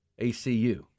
ACU